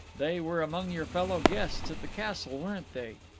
they were among your fellow-guests at the castle, weren't they?